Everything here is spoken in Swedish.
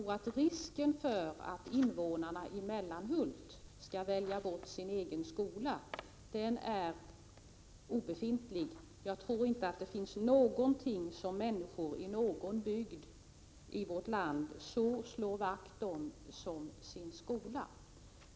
Risken för att invånarna i Mellanhult skall välja bort sin egen skola är nog obefintlig. Jag tror inte att det finns någonting som människor i varje bygd i vårt land så slår vakt om som sin skola.